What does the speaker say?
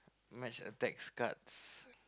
match attacks cards